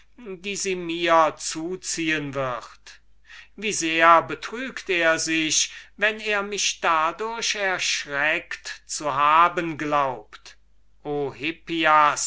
die sie mir zuziehen wird wie sehr betrügst du dich wenn du mich dadurch erschreckt zu haben glaubst o